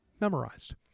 memorized